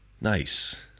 Nice